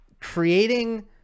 creating